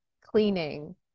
cleaning